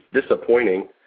disappointing